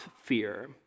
fear